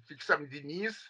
tik samdinys